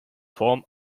form